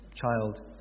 child